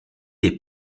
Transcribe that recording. des